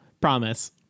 Promise